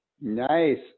Nice